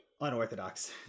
unorthodox